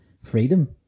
freedom